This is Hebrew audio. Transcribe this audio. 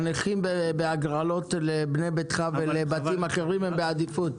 הנכים בהגרלות של בנה ביתך ולבתים אחרים הם בעדיפות.